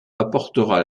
apportera